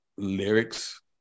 lyrics